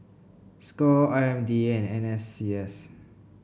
Score I M D A and N S C S